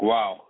Wow